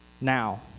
now